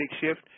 shift